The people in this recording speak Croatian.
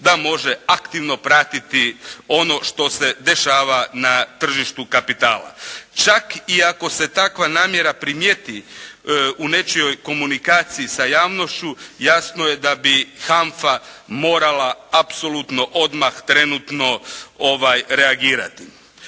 da može aktivno pratiti ono što se dešava na tržištu kapitala. Čak i ako se takva namjera primijeti u nečijoj komunikaciji sa javnošću jasno je da bi HANFA morala odmah apsolutno trenutno reagirati.